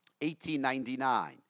1899